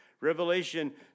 Revelation